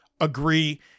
agree